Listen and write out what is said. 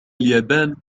اليابان